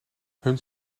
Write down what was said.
hun